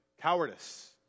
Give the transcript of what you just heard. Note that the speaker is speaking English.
Cowardice